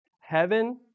heaven